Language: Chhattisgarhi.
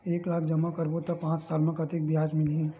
एक लाख जमा करबो त पांच साल म कतेकन ब्याज मिलही?